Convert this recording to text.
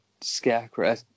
Scarecrow